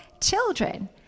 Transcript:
children